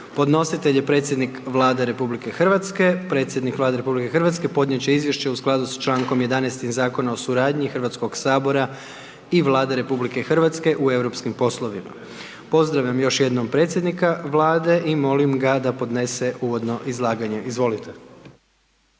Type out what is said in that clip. Podnositelj je Predsjednik Vlade RH. Predsjednik Vlade RH podnijet će izvješće u skladu sa člankom 11. iz Zakona o suradnji Hrvatskog sabora i Vlade RH u europskim poslovima. Pozdravljam još jednom predsjednika Vlade i molim ga da podnese uvodno izlaganje, izvolite.